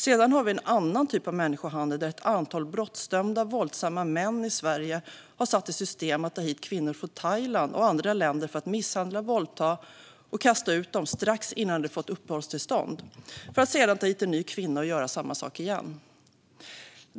Sedan har vi en annan typ av människohandel där ett antal brottsdömda, våldsamma män i Sverige har satt i system att ta hit kvinnor från Thailand och andra länder för att misshandla, våldta och kasta ut dem strax innan de fått uppehållstillstånd för att sedan ta hit en ny kvinna och göra samma sak igen.